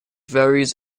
varies